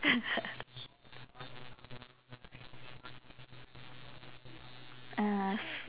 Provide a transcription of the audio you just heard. uh